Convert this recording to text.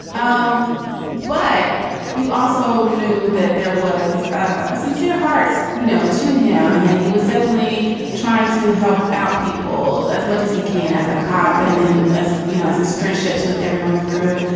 um but you also knew that there was a sincere heart, you know, to him and that he was definitely trying to help out people as much as he can as a cop and in as you know, as his friendships with everyone grew.